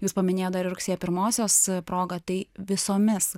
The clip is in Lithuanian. jūs paminėjot dar ir rugsėjo pirmosios progą tai visomis